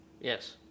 Yes